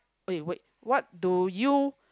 eh wait what do you